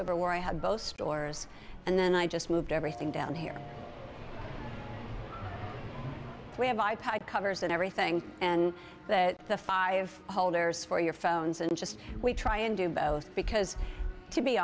over where i had both stores and then i just moved everything down here we have i pod covers and everything and the five holders for your phones and just we try and do both because to be